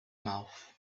mouth